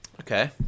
okay